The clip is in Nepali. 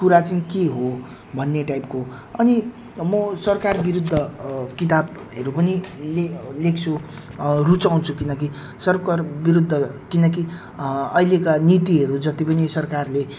कुरा चाहिँ के हो भन्ने टाइपको अनि म सरकार विरुद्ध किताबहरू पनि लेख्छु रुचाउँछु किनकि सरकार विरुद्ध किनकि अहिलेका नीतिहरू जति पनि सरकारले